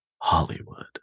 Hollywood